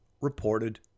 reported